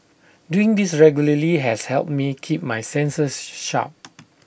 doing this regularly has helped me keep my senses sharp